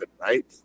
right